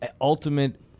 ultimate